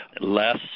less